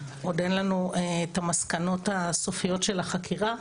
עוד אין לנו את המסקנות הסופיות של החקירה.